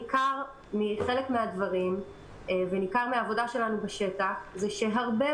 ניכר מחלק מן הדברים וניכר מן העבודה שלנו בשטח שרבים